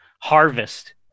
harvest